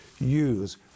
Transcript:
use